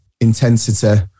intensity